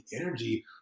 energy